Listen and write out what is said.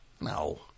No